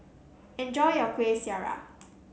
enjoy your Kueh Syara